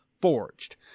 forged